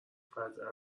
قطعا